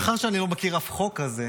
מאחר שאני לא מכיר אף חוק כזה,